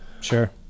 Sure